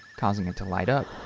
causing it to light up,